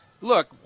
look